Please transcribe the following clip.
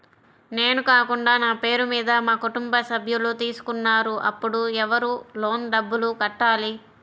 నేను కాకుండా నా పేరు మీద మా కుటుంబ సభ్యులు తీసుకున్నారు అప్పుడు ఎవరు లోన్ డబ్బులు కట్టాలి?